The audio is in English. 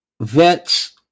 vets